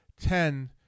ten